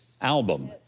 album